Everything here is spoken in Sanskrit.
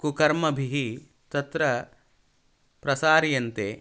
कुकर्मभिः तत्र प्रसार्यन्ते